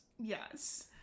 Yes